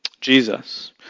Jesus